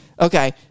okay